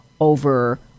over